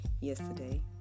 yesterday